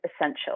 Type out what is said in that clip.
essential